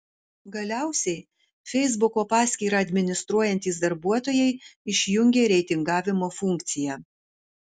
galiausiai feisbuko paskyrą administruojantys darbuotojai išjungė reitingavimo funkciją